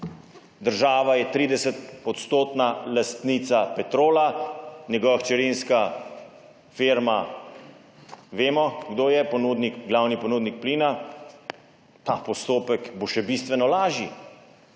država je 30-odstotna lastnica Petrola, njegova hčerinska firma – vemo, kdo je ponudnik plina. Ta postopek bo še bistveno lažji.